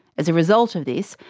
as a result of this,